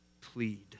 plead